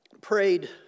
prayed